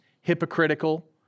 hypocritical